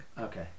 Okay